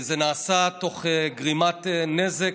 זה נעשה תוך גרימת נזק,